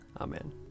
Amen